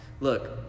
look